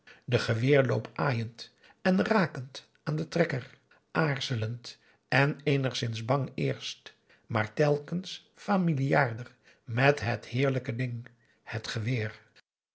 den geweerloop aaiend en rakend aan den trekker aarzelend en eenigszins bang eerst maar telkens familiaarder met het heerlijke ding het geweer